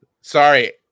Sorry